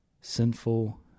sinful